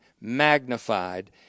magnified